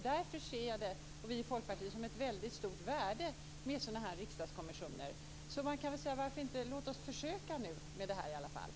Därför ser jag och vi i Folkpartiet det som ett väldigt stort värde med sådana här riksdagskommissioner. Så varför inte låta oss försöka nu med det här i alla fall?